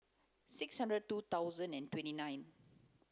six hundred two thousand and twenty nine